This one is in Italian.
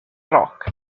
rock